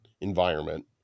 environment